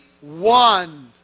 one